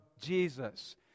Jesus